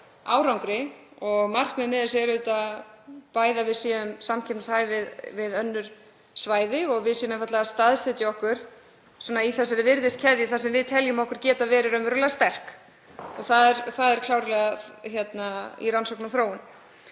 árangri. Markmiðið er auðvitað að við séum samkeppnishæf við önnur svæði og við séum einfaldlega að staðsetja okkur í þessari virðiskeðju þar sem við teljum okkur geta verið raunverulega sterk. Það er klárlega í rannsóknum og þróun.